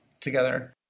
together